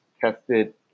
tested